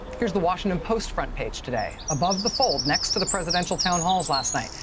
here's the washington post front page today. above the fold, next to the presidential town halls last night.